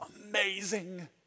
amazing